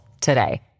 today